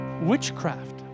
witchcraft